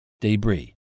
Debris